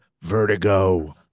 Vertigo